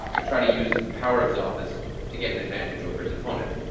he'll try to use the power of his office to get an advantage over his opponent.